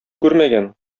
күрмәгән